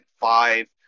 five